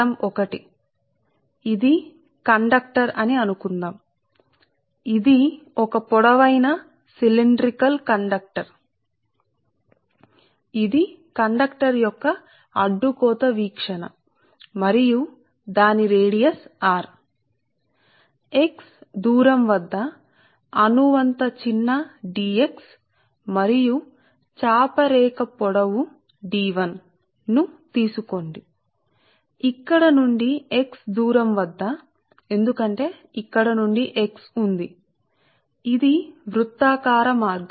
కాబట్టి ఇది మీ చిత్రం 1 అని అనుకుందాం మరియు ఇది మీ కండక్టర్ సరే ఇది పొడవైన స్థూపాకార కండక్టర్ మరియు ఇది క్రాస్ సెక్షనల్ గా చూసినది మరియు దాని వ్యాసార్థం వాస్తవానికి R మరియు మీరు దూరం x మీ అణువంత చిన్నది పొడవు dx ఇది మీ dx మరియు ఇది ఆర్క్ పొడవు చాలా చిన్నది ఇది వాస్తవానికి dl సరే మరియు ఇక్కడ నుండి x దూరం వద్ద విద్యుత్ క్షేత్ర తీవ్రత x ఎందుకంటే ఇక్కడ నుండి x ఇక్కడ ఉంది x ఇది వృత్తాకార మార్గం